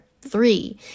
Three